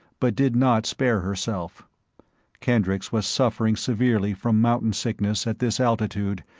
but did not spare herself kendricks was suffering severely from mountain sickness at this altitude,